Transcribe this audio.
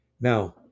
Now